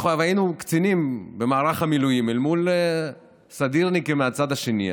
היינו קצינים במערך המילואים אל מול סדירניקים מהצד השני.